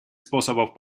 способов